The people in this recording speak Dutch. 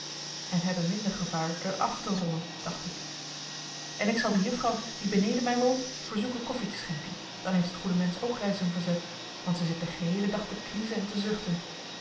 en hebben minder gevaar er af te rollen dacht ik en ik zal de juffrouw die beneden mij woont verzoeken koffie te schenken dan heeft het goede mensch ook reis een verzet want zij zit den geheelen dag te kniezen en te zuchten